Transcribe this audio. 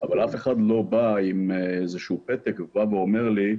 אבל אף אחד לא בא עם איזשהו פתק ואומר לי,